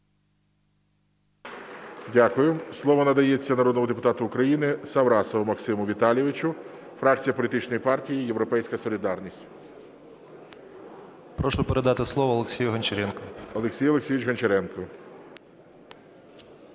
Дякую. Слово надається народному депутату України Саврасову Максиму Віталійовичу, фракція політичної партії "Європейська солідарність". 11:49:16 САВРАСОВ М.В. Прошу передати слово Олексію Гончаренку. ГОЛОВУЮЧИЙ. Олексій Олексійович Гончаренко.